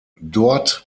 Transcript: dort